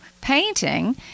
painting